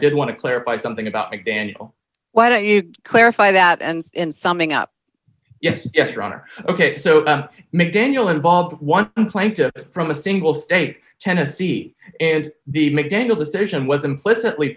did want to clarify something about it daniel why don't you clarify that ends in summing up yes yes your honor ok so mcdaniel involved one plaintiff from a single state tennessee and the mcdaniel decision was implicitly